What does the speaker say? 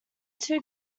two